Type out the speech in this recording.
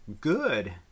good